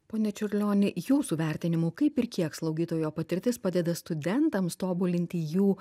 ponia čiurlioni jūsų vertinimu kaip ir kiek slaugytojo patirtis padeda studentams tobulinti jų